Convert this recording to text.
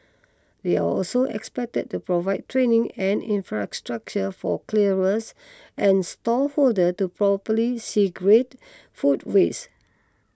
they are also expected to provide training and infrastructure for and stall holders to properly segregate food waste